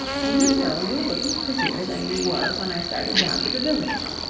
do you know you're looking prettier than you were when i started down to the village!